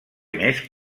més